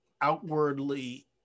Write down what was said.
outwardly